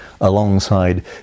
alongside